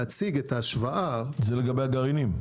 זה לגבי הגרעינים.